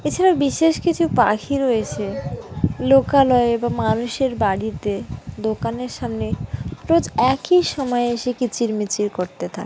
এছাড়া বিশেষ কিছু পাখি রয়েছে লোকালয়ে বা মানুষের বাড়িতে দোকানের সামনে রোজ একই সময়ে এসে কিচিরমিচির করতে থাকে